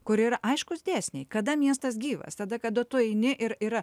kur yra aiškūs dėsniai kada miestas gyvas tada kada tu eini ir yra